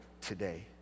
today